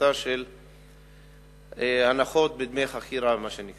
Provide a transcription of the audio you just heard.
החלטה של הנחות בדמי חכירה, מה שנקרא.